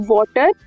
Water